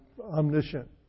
omniscient